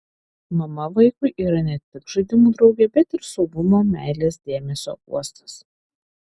mama vaikui yra ne tik žaidimų draugė bet ir saugumo meilės dėmesio uostas